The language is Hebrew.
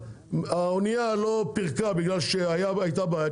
כן --- האנייה לא פרקה בגלל שהיתה בעיה,